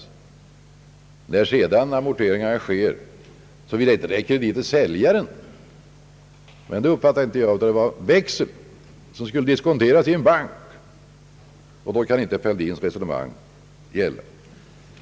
När sedan amorteringarna sker kan inte herr Fälldins resonemang gälla; såvida det inte är fråga om kredit till säljaren, men jag uppfattar det så att saken gäller en växel som skulle diskonteras i bank.